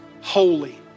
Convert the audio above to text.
holy